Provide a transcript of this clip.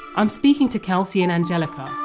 i'm speaking to kelsey and angelica,